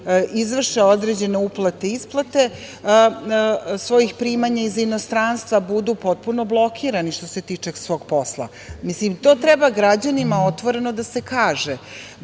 izvrše određene uplate, isplate svojih primanja iz inostranstva budu potpuno blokirani, što se tiče svog posla. To treba građanima otvoreno da se kaže,